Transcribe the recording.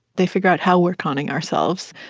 they figure out how we're conning ourselves.